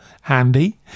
Handy